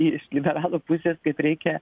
jis gyveno pusės kaip reikia